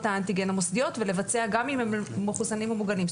האנטיגן המוסדיות ולבצע גם אם הם מחוסנים ומוגנים.